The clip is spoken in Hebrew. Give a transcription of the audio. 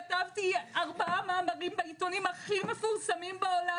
כתבתי ארבעה מאמרים בעיתונים הכי מפורסמים בעולם,